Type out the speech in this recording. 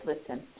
listen